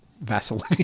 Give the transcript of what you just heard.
Vaseline